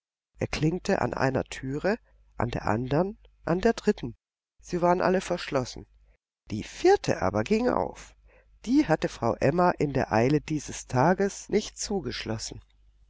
er klinkte an einer türe an der andern an der dritten sie waren alle verschlossen die vierte aber ging auf die hatte frau emma in der eile dieses tages nicht zugeschlossen